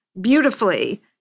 beautifully